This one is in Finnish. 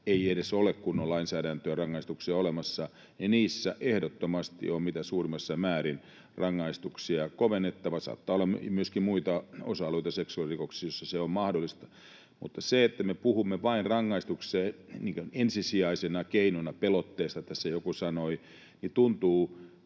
ei edes ole kunnon lainsäädäntöä, rangaistuksia, olemassa, ja niissä ehdottomasti on mitä suurimmassa määrin rangaistuksia kovennettava. Saattaa olla myöskin muita osa-alueita, seksuaalirikoksissa se on mahdollista. Mutta se, että me puhumme vain rangaistuksista ja pelotteesta ensisijaisena keinona — tässä joku sanoi — tuntuu